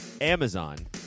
Amazon